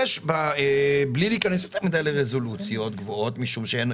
בלי להיכנס לרזולוציות גבוהות משום שאין,